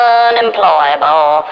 unemployable